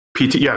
PT